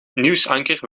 nieuwsanker